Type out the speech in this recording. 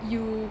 you